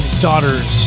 daughters